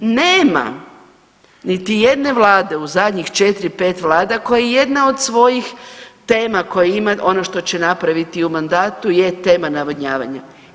Nema niti jedne Vlade u zadnjih četiri, pet Vlada koja je jedna od svojih tema koje ima, ono što će napraviti u mandatu je tema navodnjavanja.